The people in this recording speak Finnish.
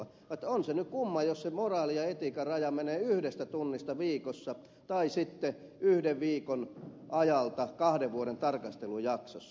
on se nyt kumma jos se moraalin ja etiikan raja menee yhdestä tunnista viikossa tai yhden viikon ajalta kahden vuoden tarkastelujaksossa